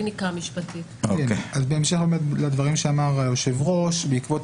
אז בהמשך לדברים שאמר היושב-ראש בעקבות